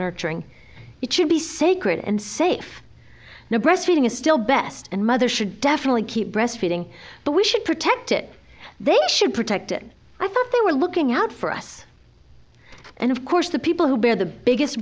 nurturing it should be sacred and safe now breastfeeding is still best and mother should definitely keep breastfeeding but we should protect it they should protect it i thought they were looking out for us and of course the people who bear the biggest